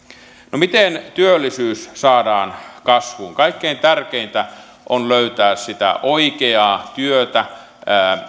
no miten työllisyys saadaan kasvuun kaikkein tärkeintä on löytää sitä oikeaa työtä